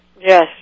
Yes